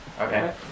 Okay